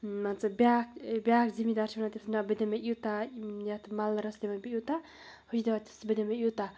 مان ژٕ بیٛاکھ بیٛاکھ زٔمیٖندار چھِ وَنان تٔمِس نہ بہٕ دِمَے یوٗتاہ یَتھ مَلرَس دِمَے بہٕ یوٗتاہ ہُہ چھُ دَپان تَس بہٕ دِمَے یوٗتاہ